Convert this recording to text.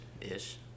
Ish